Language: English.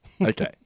Okay